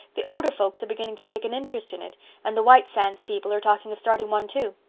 the older folks are beginning to take an interest in it and the white sands people are talking of starting one too.